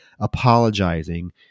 apologizing